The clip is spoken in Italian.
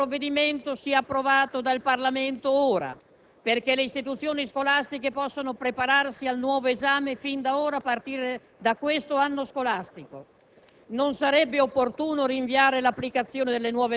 che ne registrano già parecchi. È bene che il provvedimento sia approvato dal Parlamento ora, perché le istituzioni scolastiche possano prepararsi al nuovo esame fin da ora, a partire da questo anno scolastico.